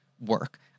work